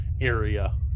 area